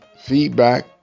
feedback